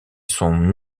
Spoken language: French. son